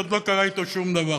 עוד לא קרה אתו שום דבר.